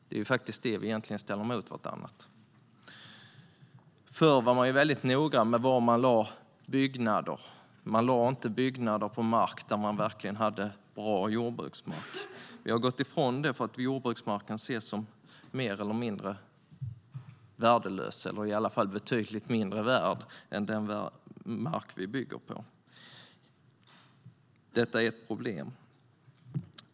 Det är faktiskt de faktorerna vi ställer mot varandra. Förr var man noga med var man lade byggnader. Man lade inte byggnader på mark där man hade bra jordbruksmark. Vi har gått ifrån det för att jordbruksmarken ses som mer eller mindre värdelös, eller i alla fall betydligt mindre värd än den mark vi bygger på. Detta är ett problem.